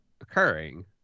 occurring